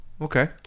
Okay